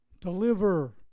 deliver